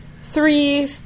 three